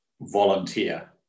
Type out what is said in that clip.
volunteer